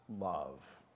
love